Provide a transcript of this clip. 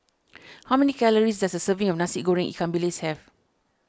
how many calories does a serving of Nasi Goreng Ikan Bilis have